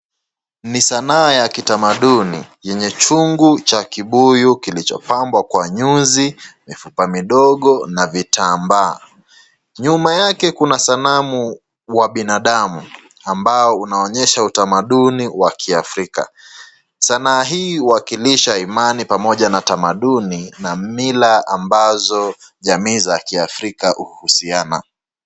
Ni sanaa ya kitamaduni yenye chungu cha kibuyu kilichopambwa kwa nyuzi, mifupa midogo na vitambaa. Nyuma yake kuna sanamu wa binadamu ambao unaonyesha utamaduni wa kiafrika ,sanaa hii huwakilisha imani pamoja na tamaduni na mila ambazo jamii za kiafrika huhusiana.